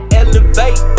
elevate